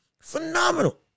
Phenomenal